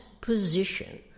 position